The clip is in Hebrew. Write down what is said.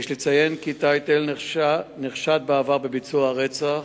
יש לציין כי טייטל נחשד בעבר בביצוע הרצח,